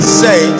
say